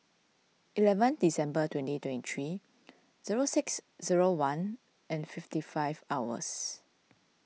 eleven December twenty twenty three zero six zero one and fifty five hours